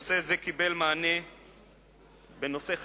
הנושא הזה קיבל מענה בנושא חדשני,